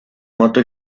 moto